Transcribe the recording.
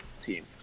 team